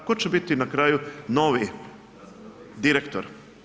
Tko će biti na kraju novi direktor?